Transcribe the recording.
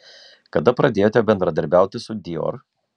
kada pradėjote bendradarbiauti su dior